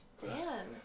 Dan